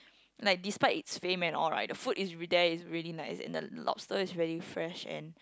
like despite it's fame and all right the food is there is really nice and the lobster is really fresh and